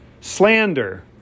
Slander